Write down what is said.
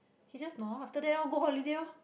he just no after that loh go holiday lor